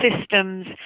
systems